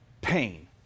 pain